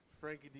Frankie